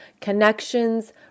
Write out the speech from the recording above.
connections